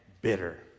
bitter